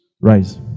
Rise